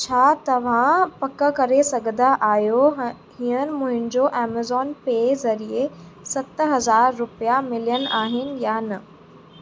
छा तव्हां पक करे सघंदा आहियो ह हींअर मुंहिंजो ऐमज़ॉन पे ज़रिए सत हज़ार रुपिया मिलियलु आहिनि या न